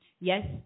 yes